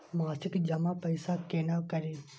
मासिक जमा पैसा केना करी?